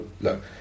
look